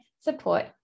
support